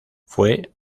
fue